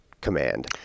command